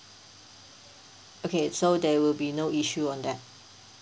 okay so there will be no issue on that